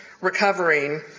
recovering